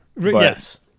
Yes